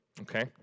okay